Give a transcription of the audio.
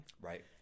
Right